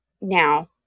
Now